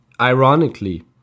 Ironically